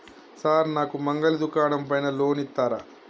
Sir నాకు మంగలి దుకాణం పైన లోన్ ఇత్తరా?